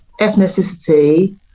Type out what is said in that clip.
ethnicity